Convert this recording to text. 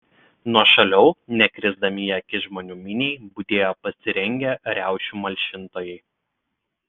nuošaliau nekrisdami į akis žmonių miniai budėjo pasirengę riaušių malšintojai